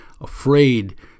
afraid